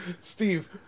Steve